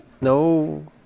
No